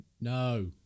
No